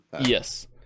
Yes